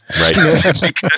Right